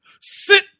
Sit